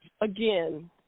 again